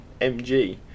MG